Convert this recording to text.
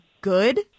good